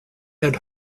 had